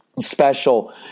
special